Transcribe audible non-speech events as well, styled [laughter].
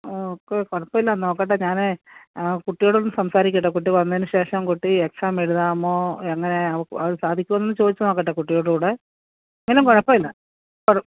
ആ ഓക്കെ കുഴപ്പമില്ല നോക്കട്ടെ ഞാനേ കുട്ടിയോട് ഒന്ന് സംസാരിക്കട്ടെ കുട്ടി വന്നതിനു ശേഷം കുട്ടി എക്സാം എഴുതാമോ എങ്ങനെ അവ അത് സാധിക്കുമോയെന്ന് ഒന്ന് ചോദിച്ചു നോക്കട്ടെ കുട്ടിയോടുകൂടി എങ്കിലും കുഴപ്പം ഇല്ല [unintelligible]